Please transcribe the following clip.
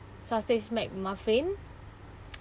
sausage mac muffin